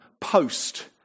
post